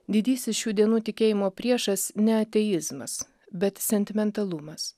didysis šių dienų tikėjimo priešas ne ateizmas bet sentimentalumas